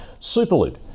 Superloop